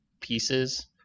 pieces